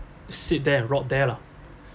sit there and rot there lah